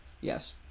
Yes